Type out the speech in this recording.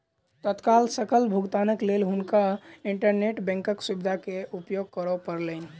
तत्काल सकल भुगतानक लेल हुनका इंटरनेट बैंकक सुविधा के उपयोग करअ पड़लैन